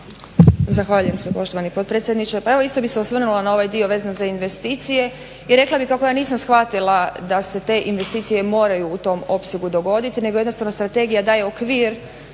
Zahvaljujem se poštovani potpredsjedniče. Pa evo isto bih se osvrnula na ovaj dio vezan za investicije i rekla bi kako ja nisam shvatila da se te investicije moraju u tom opsegu dogoditi nego jednostavno strategija daje okvir